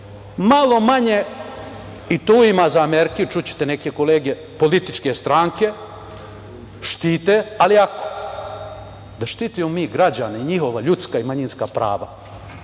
malo manje, i tu ima zamerki, čućete neke kolege, političke stranke štite, ali ako. Da štitimo mi građane i njihova ljudska i manjinska prava,